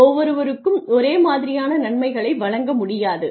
ஒவ்வொருவருக்கும் ஒரே மாதிரியான நன்மைகளை வழங்க முடியாது